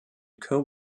cope